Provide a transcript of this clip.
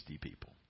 people